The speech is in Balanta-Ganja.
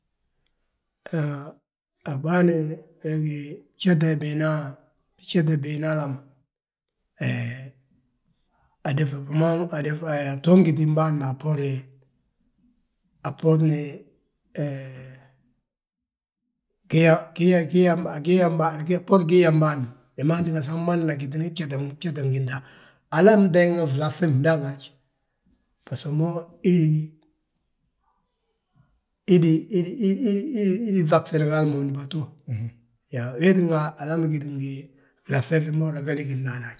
Aɓaani bjete, bjete bina alama, he a btoon gítim bâan ma a bboorin gii yaam bâan wi man tíngani bâgina bjeti mginta. Alam teeŋi flaŧi fndaŋ haj, baso mo, hi hi di ŧag Senegal ma undúba tu, weetínga alami gí ngi flaŧe fi ma húri fe lígiri ndaani haj.